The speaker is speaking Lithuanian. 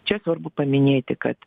čia svarbu paminėti kad